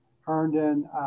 Herndon